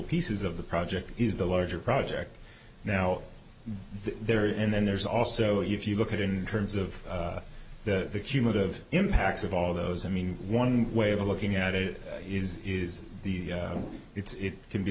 pieces of the project is the larger project now there and then there's also if you look at in terms of the cumulative impacts of all those i mean one way of looking at it is is the it's can be